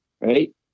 right